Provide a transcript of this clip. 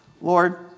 Lord